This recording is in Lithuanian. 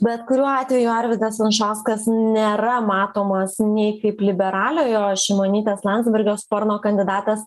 bet kuriuo atveju arvydas anušauskas nėra matomas nei kaip liberaliojo šimonytės landsbergio sparno kandidatas